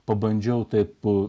pabandžiau taip po